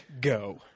Go